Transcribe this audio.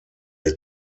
die